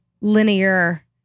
linear